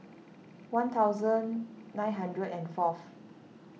one thousand nine hundred and fourth